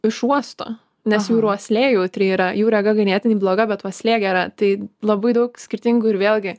išuosto nes jų ir uoslė jautri yra jų rega ganėtinai bloga bet uoslė gera tai labai daug skirtingų ir vėlgi